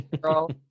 girl